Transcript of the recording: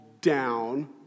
down